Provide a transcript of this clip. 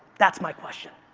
that's my question.